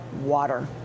water